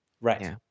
Right